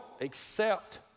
accept